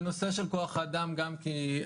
בנושא של כוח האדם גם יש,